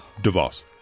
DeVos